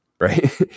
right